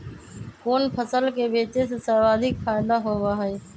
कोन फसल के बेचे से सर्वाधिक फायदा होबा हई?